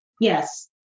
Yes